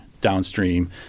downstream